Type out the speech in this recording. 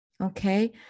okay